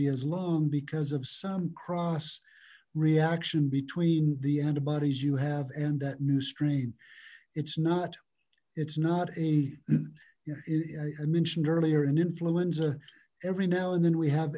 be as long because of some cross reaction between the antibodies you have and that new strain it's not it's not i mentioned earlier an influenza every now and then we have